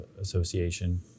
Association